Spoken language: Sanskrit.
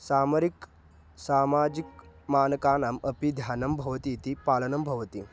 सामरिकं सामाजिकं मानकानाम् अपि ध्यानं भवति इति पालनं भवति